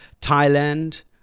Thailand